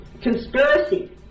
conspiracy